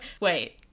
Wait